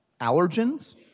allergens